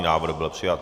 Návrh byl přijat.